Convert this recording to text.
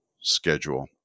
schedule